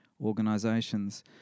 organisations